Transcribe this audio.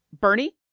Bernie